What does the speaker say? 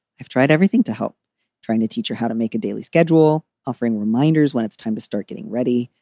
i've tried everything to help trying to teach her how to make a daily schedule, offering reminders when it's time to start getting ready,